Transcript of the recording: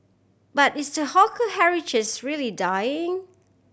but is the hawker heritages really dying